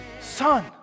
son